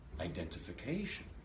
identification